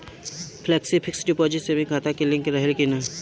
Flexi fix deposit saving खाता से link रहले कि ना?